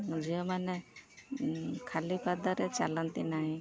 ଝିଅମାନେ ଖାଲିପାଦରେ ଚାଲନ୍ତି ନାହିଁ